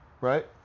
right